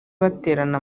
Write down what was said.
baterana